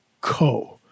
co